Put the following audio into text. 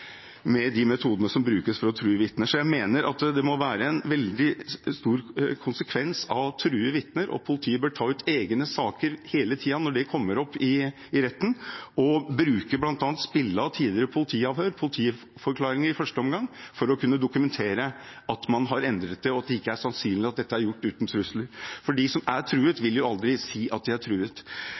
med de metodene som brukes for å true vitner. Jeg mener at det å true vitner må få veldig store konsekvenser. Politiet bør ta ut egne saker hele tiden når det kommer opp i retten, og bl.a. spille av tidligere politiavhør, politiforklaringer i første omgang for å kunne dokumentere at man har endret det, og at det ikke er sannsynlig at dette er gjort uten trusler. For de som er truet, vil jo aldri si at de er truet.